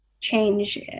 change